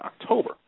October